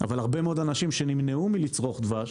אבל הרבה מאוד אנשים שנמנעו מלצרוך דבש,